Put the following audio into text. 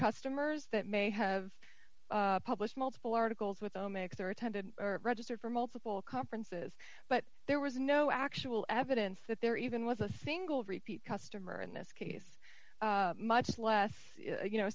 customers that may have published multiple articles with a mixer attendant registered for multiple conferences but there was no actual evidence that there even was a single repeat customer in this case much less you know